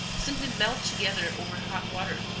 simply melt together over hot water,